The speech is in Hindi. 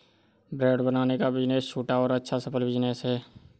ब्रेड बनाने का बिज़नेस छोटा और अच्छा सफल बिज़नेस है